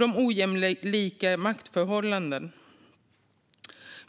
de ojämlika maktförhållandena.